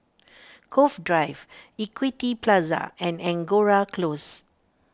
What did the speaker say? Cove Drive Equity Plaza and Angora Close